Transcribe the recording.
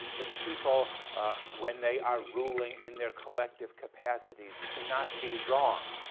the people when they are ruling in their collective capacities cannot be wrong